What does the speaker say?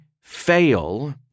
fail